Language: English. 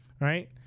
right